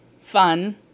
fun